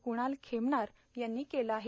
कुणाल खेमनार यांनी केलं आहे